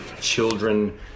children